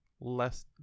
less